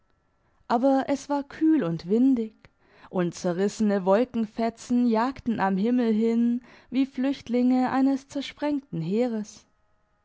aber es war kühl und windig und zerrissene wolkenfetzen jagten am himmel hin wie flüchtlinge eines zersprengten heeres